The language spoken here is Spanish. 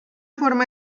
forma